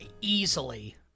easily